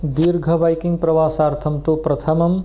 दीर्घ बैकिङ्ग् प्रवासर्थं तु प्रथमम्